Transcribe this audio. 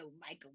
Michael